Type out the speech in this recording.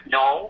no